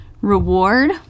reward